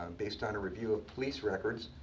and based on a review of police records.